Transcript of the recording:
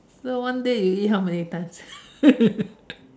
so one day you eat how many times